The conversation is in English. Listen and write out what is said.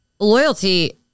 Loyalty